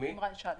עם רן שדמי.